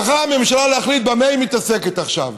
הממשלה מוכרחה להחליט במה היא מתעסקת עכשיו,